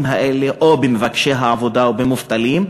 האלה או במבקשי העבודה או במובטלים,